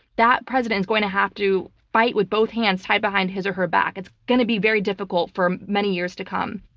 that president's going to have to fight with both hands tied behind his or her back. it's gonna be very difficult for many years to come.